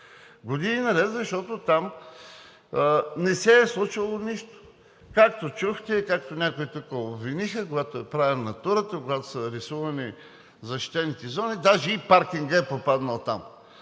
години наред, защото там не се е случвало нищо. Както чухте, както някои тук обвиниха, когато е правена Натурата, когато са рисувани защитените зони, даже и паркинга е попаднал там.